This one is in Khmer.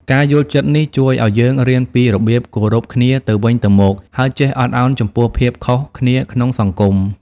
ការយល់ចិត្តនេះជួយឲ្យយើងរៀនពីរបៀបគោរពគ្នាទៅវិញទៅមក ហើយចេះអត់អោនចំពោះភាពខុសគ្នាក្នុងសង្គម។